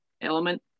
element